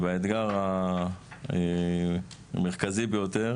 והאתגר המרכזי ביותר